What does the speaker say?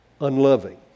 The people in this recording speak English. unloving